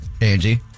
Angie